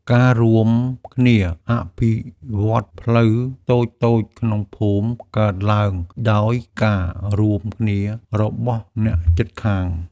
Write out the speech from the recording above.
ការរួមគ្នាអភិវឌ្ឍផ្លូវតូចៗក្នុងភូមិកើតឡើងដោយការរួមគ្នារបស់អ្នកជិតខាង។